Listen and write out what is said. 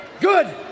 good